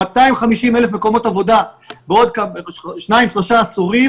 250,000 מקומות עבודה בעוד שניים-שלושה עשורים